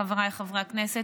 חבריי חברי הכנסת,